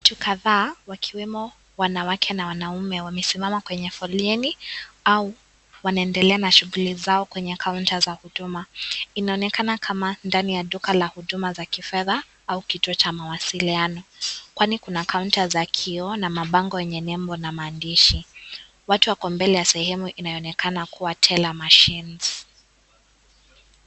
Watu kadha wakiwemo wanawake na wanaume wamesimama kwenye foleni au wanaendelea na shughuli zao kwenye kaunta ya huduma. Inaonekana kama ndani ya duka ya huduma ya kifedha au kituo Cha mawasiliano. Kwani Kuna kaunta za kiyoo na mabango yenye nembo na maandishi watu wako mbele ya sehemu inayo onekana kuwa tela machines .